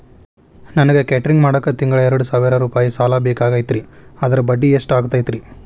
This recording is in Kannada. ನನಗ ಕೇಟರಿಂಗ್ ಮಾಡಾಕ್ ತಿಂಗಳಾ ಎರಡು ಸಾವಿರ ರೂಪಾಯಿ ಸಾಲ ಬೇಕಾಗೈತರಿ ಅದರ ಬಡ್ಡಿ ಎಷ್ಟ ಆಗತೈತ್ರಿ?